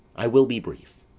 i will be brief,